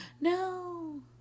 No